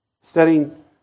studying